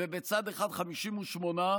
ובצד אחד 58,